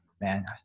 man